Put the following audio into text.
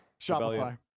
Shopify